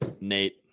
Nate